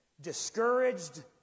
discouraged